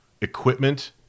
equipment